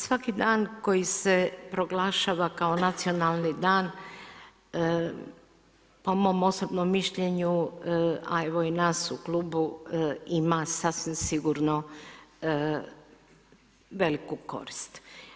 Svaki dan koji se proglašava kao nacionalni dan, po mom osobnom mišljenju a evo i nas u klubu ima sasvim sigurno, veliku korist.